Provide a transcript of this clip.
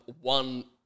one